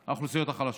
עם האוכלוסיות החלשות.